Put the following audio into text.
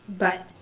but